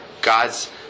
God's